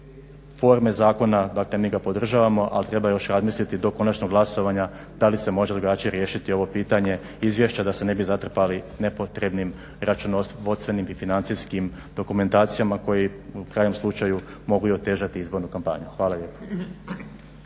forme zakona mi ga podržavamo ali treba još razmisliti do konačnog glasovanja da li se može drugačije riješiti ovo pitanje izvješća da se ne bi zatrpali nepotrebnim računovodstvenim i financijskim dokumentacijama koje krajem slučaja mogu i otežati izbornu kompaniju. Hvala lijepa.